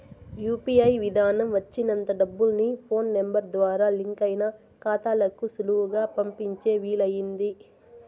UPI విదానం వచ్చినంత డబ్బుల్ని ఫోన్ నెంబరు ద్వారా లింకయిన కాతాలకు సులువుగా పంపించే వీలయింది